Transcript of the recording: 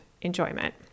enjoyment